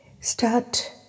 start